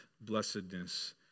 blessedness